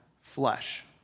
flesh